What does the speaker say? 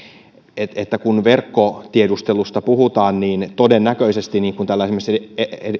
että että kun verkkotiedustelusta puhutaan niin todennäköisesti niin kuin täällä esimerkiksi